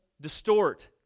distort